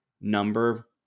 number